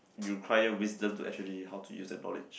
you acquire wisdom to actually how to use the knowledge